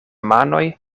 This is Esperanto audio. manoj